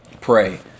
pray